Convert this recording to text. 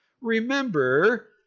Remember